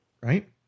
right